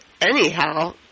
anyhow